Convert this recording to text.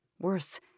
Worse